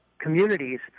communities